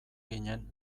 ginen